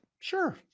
Sure